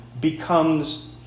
becomes